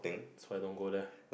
that's why I don't go there